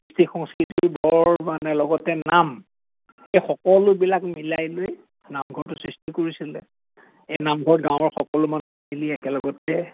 কৃষ্টি সংস্কৃতি বৰ মানে লগতে নাম এই সকলোবিলাক মিলাই লৈ নামঘৰটো সৃষ্টি কৰিছিলে এই নামঘৰত গাঁৱৰ সকলো মানুহে মিলি একেলগতে